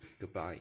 goodbye